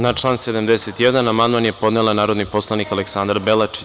Na član 71. amandman je podnela narodni poslanik Aleksandra Belačić.